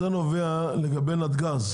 זה נובע לגבי נתג"ז.